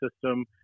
system